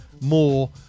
more